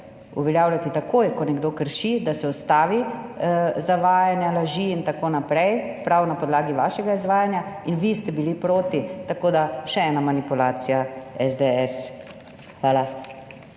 uveljavljati takoj, ko nekdo krši, da se ustavi zavajanja, laži in tako naprej, prav na podlagi vašega izvajanja, in vi ste bili proti. Tako da še ena manipulacija SDS. Hvala.